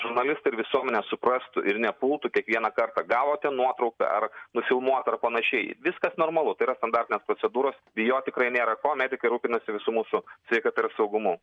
žurnalistai ir visuomenė suprastų ir nepultų kiekvieną kartą gavote nuotrauką ar nufilmuotą ar panašiai viskas normalu tai yra standartinės procedūros bijot tikrai nėra ko medikai rūpinasi visų mūsų sveikata ir saugumu